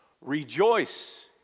Rejoice